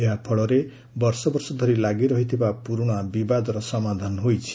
ଏହାଫଳରେ ବର୍ଷବର୍ଷ ଧରି ଲାଗି ରହିଥିବା ପୁରୁଣା ବିବାଦର ସମାଧାନ ହୋଇଛି